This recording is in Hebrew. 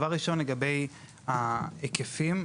לגבי ההיקפים,